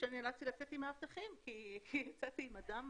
אני נאלצתי לצאת עם מאבטחים כי יצאתי עם אדם